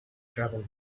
trouble